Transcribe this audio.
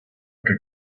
que